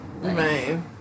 Right